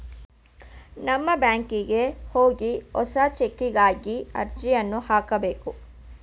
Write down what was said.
ನಮ್ಮ ಬ್ಯಾಂಕಿಗೆ ಹೋಗಿ ಹೊಸ ಚೆಕ್ಬುಕ್ಗಾಗಿ ಅರ್ಜಿಯನ್ನು ಹಾಕಬೇಕು